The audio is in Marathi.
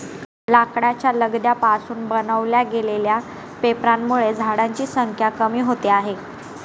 लाकडाच्या लगद्या पासून बनवल्या गेलेल्या पेपरांमुळे झाडांची संख्या कमी होते आहे